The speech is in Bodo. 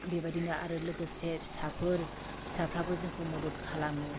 बेबायदिनो आरो लोगोसे फिसाफोर फिसाफ्राबो जोंखौ मदद खालामो